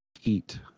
heat